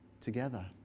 together